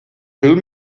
film